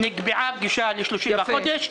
נקבעה פגישה ל-30 בדצמבר.